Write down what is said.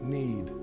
need